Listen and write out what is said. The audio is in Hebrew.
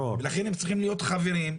לכן הם צריכים להיות חברים,